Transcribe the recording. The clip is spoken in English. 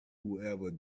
whoever